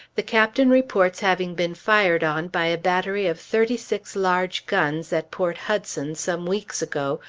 the captain reports having been fired on by a battery of thirty-six large guns, at port hudson, some weeks ago,